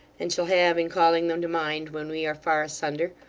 and shall have in calling them to mind when we are far asunder,